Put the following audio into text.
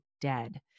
dead